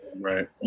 Right